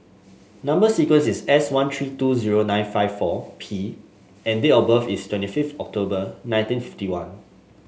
number sequence is S one three two zero nine five four P and date of birth is twenty fifth October nineteen fifty one